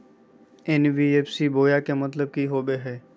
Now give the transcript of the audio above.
NBFC बोया के मतलब कि होवे हय?